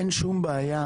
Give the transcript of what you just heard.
אין שום בעיה.